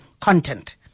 content